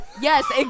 Yes